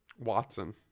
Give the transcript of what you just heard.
Watson